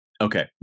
Okay